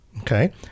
okay